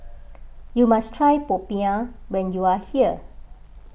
you must try Popiah when you are here